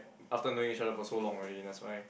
after knowing each other for so long already that's why